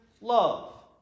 love